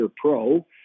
Pro